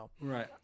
Right